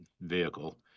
vehicle